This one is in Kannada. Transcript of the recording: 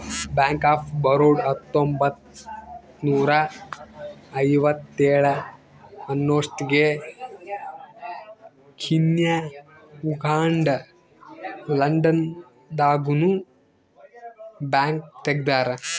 ಬ್ಯಾಂಕ್ ಆಫ್ ಬರೋಡ ಹತ್ತೊಂಬತ್ತ್ನೂರ ಐವತ್ತೇಳ ಅನ್ನೊಸ್ಟಿಗೆ ಕೀನ್ಯಾ ಉಗಾಂಡ ಲಂಡನ್ ದಾಗ ನು ಬ್ಯಾಂಕ್ ತೆಗ್ದಾರ